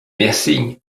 merci